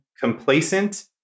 complacent